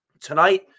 Tonight